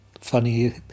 funny